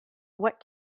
what